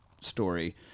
story